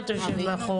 אם כן, למה החוק